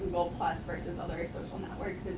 versus other social networks,